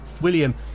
William